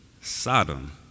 Sodom